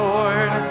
Lord